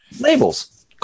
labels